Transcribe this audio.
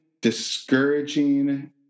discouraging